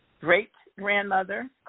great-grandmother